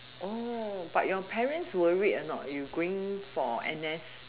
but your parents worried or not you going for N_S